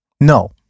No